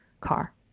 car